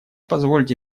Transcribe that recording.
позвольте